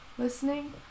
listening